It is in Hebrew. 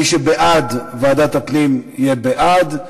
מי שבעד ועדת הפנים יהיה בעד,